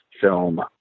film